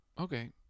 okay